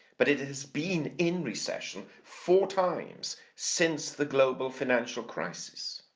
but it has been in recession four times since the global financial crisis.